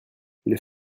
les